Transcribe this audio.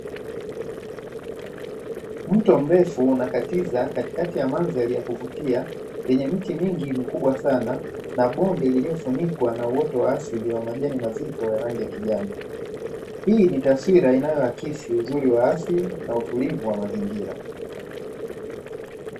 Mto mrefu unakatiza katikati ya mandhari ya kuvutia; yenye miti mingi mikubwa sana na bonde lililofunikwa na uoto wa asili wa majani mazito ya rangi ya kijani, hii ni taswira inayoakisi uzuri wa asili na utulivu wa mazingira.